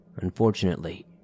Unfortunately